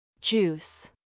Juice